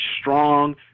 strong